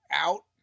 out